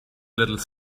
little